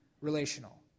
relational